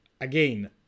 again